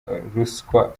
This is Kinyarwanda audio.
ruswa